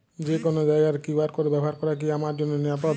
যে কোনো জায়গার কিউ.আর কোড ব্যবহার করা কি আমার জন্য নিরাপদ?